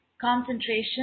Concentration